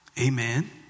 Amen